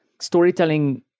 storytelling